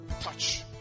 touch